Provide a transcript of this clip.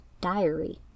diary